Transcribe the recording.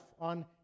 on